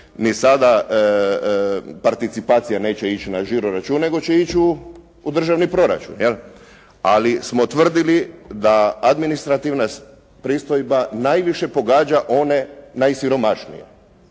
ni sada participacija neće ići na žiro račun, nego će ići u državni proračun jel. Ali smo tvrdili da administrativna pristojba najviše pogađa one najsiromašnije.